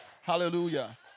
Hallelujah